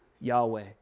Yahweh